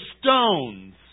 stones